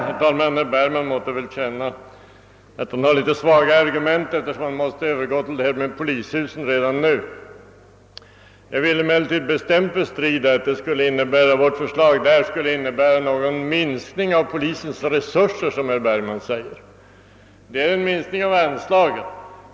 Herr talman! Herr Bergman måtte väl känna att hans argument här är svaga, eftersom han måste ta upp frågan om polishusen redan nu. Jag vill emellertid bestämt bestrida att vårt förslag på den punkten skulle innebära någon minskning av polisens resurser som herr Bergman säger. Det är fråga om en minskning av anslaget.